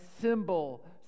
symbol